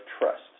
trust